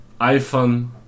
iPhone